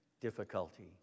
difficulty